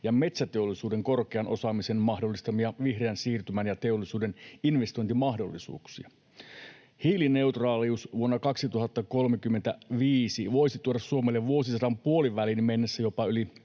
ja metsäteollisuuden korkean osaamisen mahdollistamia vihreän siirtymän ja teollisuuden investointimahdollisuuksia. Hiilineutraalius vuonna 2035 voisi tuoda Suomelle vuosisadan puoliväliin mennessä jopa yli